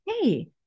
hey